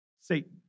Satan